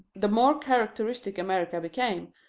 the more characteristic america became,